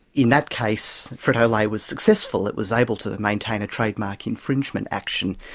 in that case frito-lay was successful, it was able to maintain a trademark infringement action.